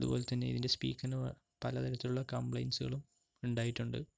അതുപോലെത്തന്നെ ഇതിൻ്റെ സ്പീക്കറിന് പലതരത്തിലുള്ള കംപ്ലെന്റ്സുകളും ഉണ്ടായിട്ടുണ്ട്